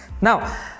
Now